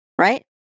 right